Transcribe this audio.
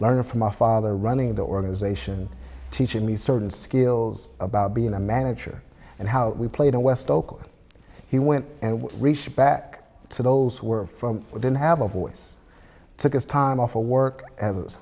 learned from my father running the organization teaching me certain skills about being a manager and how we played in west oakland he went back to those who are from within have a voice took his time off work as